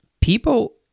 people